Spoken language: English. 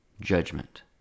judgment